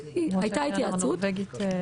אז הייתה התייעצות.